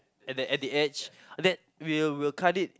at the at the edge that will will cut it